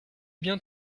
bien